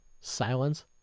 Silence